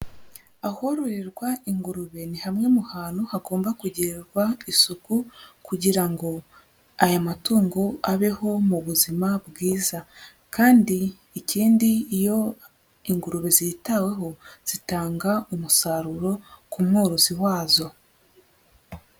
Ahororerwa ingurube ni hamwe mu hantu hagomba kugirirwa isuku kugira ngo aya matungo abeho mu buzima bwiza kandi ikindi iyo ingurube zitaweho zitanga umusaruro ku mworozi wazo.